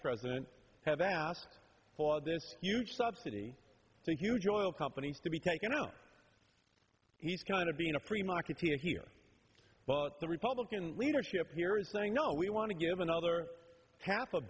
president have asked for this huge subsidy i think huge oil companies to be taken out he's kind of being a free marketeer here but the republican leadership here is saying no we want to give another half a